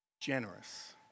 generous